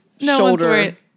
shoulder